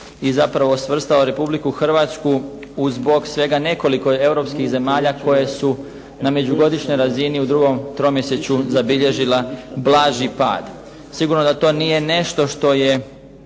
i zapravo svrstava Republiku Hrvatsku uz bok svega nekoliko europskih zemalja koje su na međugodišnjoj razini u drugom tromjesečju zabilježile blaži pad. Sigurno da to nije nešto što je